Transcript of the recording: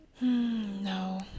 No